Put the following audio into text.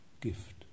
gift